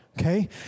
Okay